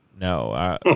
No